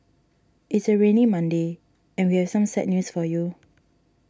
it's a rainy Monday and we'll some sad news for you